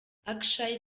akshay